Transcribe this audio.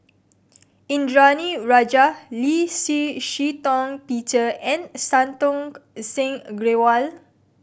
Indranee Rajah Lee Shih Shiong Peter and Santokh Singh Grewal